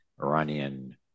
Iranian